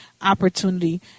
Opportunity